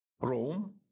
Rome